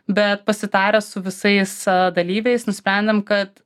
bet pasitaręs su visais dalyviais nusprendėm kad